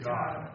God